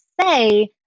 say